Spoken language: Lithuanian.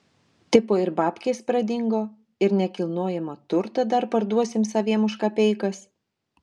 tipo ir babkės pradingo ir nekilnojamą turtą dar parduosim saviem už kapeikas